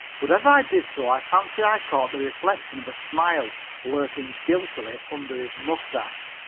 but as i did so i fancied i caught the reflection of a smile lurking guiltily under his mustache.